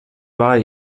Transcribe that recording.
war